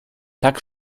tak